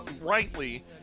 Rightly